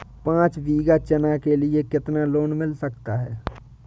पाँच बीघा चना के लिए कितना लोन मिल सकता है?